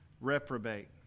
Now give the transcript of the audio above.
reprobate